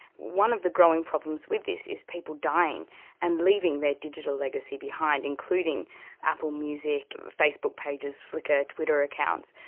one of the growing problems with this is people dying and leaving their digital legacy behind, including apple music, facebook pages, flikr, twitter accounts.